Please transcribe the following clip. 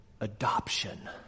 adoption